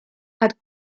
had